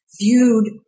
viewed